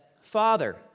Father